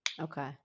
okay